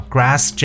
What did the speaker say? Grass